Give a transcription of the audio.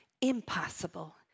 impossible